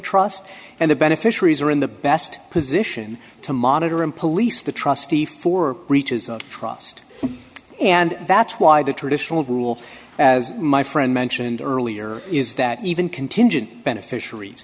trust and the beneficiaries are in the best position to monitor and police the trustee for breaches of trust and that's why the traditional rule as my friend mentioned earlier is that even contingent beneficiaries